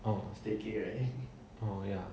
oh oh ya